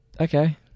okay